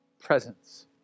presence